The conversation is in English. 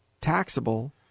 taxable